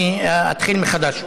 אני אתחיל מחדש.